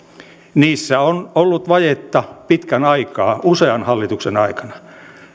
niissä on ollut vajetta pitkän aikaa usean hallituksen aikana